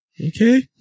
Okay